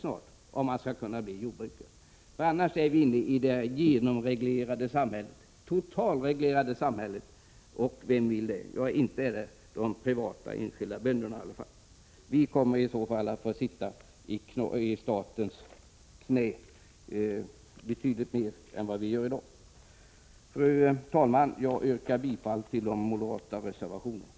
Annars kommer vi att vara inne i det totalreglerade samhället. Vem vill det? Ja, inte är det de enskilda bönderna i privat verksamhet. Med det här lagförslaget kommer vi att få sitta i statens knä betydligt mer än vi gör i dag. Fru talman! Jag yrkar bifall till de moderata reservationerna.